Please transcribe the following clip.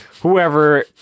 whoever